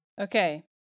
Okay